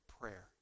prayer